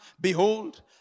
Behold